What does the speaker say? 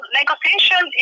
negotiation